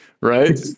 right